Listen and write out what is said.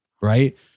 Right